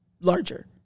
larger